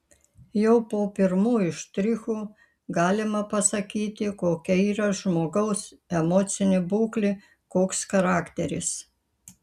jau po pirmųjų štrichų galima pasakyti kokia yra žmogaus emocinė būklė koks charakteris